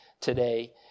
today